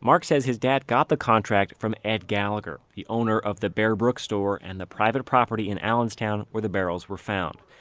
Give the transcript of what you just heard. mark says his dad got the contract from ed gallagher, the owner of the bear brook store and the private property in allenstown where the barrels were found.